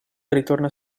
ritorna